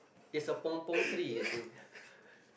it's a pong pong tree I think